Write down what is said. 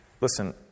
Listen